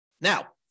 Now